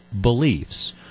beliefs